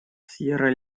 сьерра